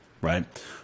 right